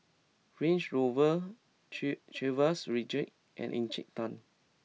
Range Rover Chivas Regal and Encik Tan